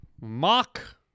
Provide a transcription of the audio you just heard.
mock